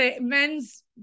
men's